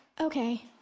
Okay